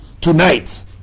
tonight